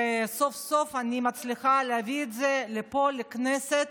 וסוף-סוף אני מצליחה להביא את זה לפה, לכנסת.